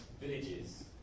villages